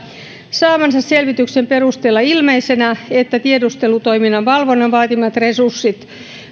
saamansa selvityksen perusteella ilmeisenä että tiedustelutoiminnan valvonnan vaatimat resurssit